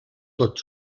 tot